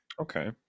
Okay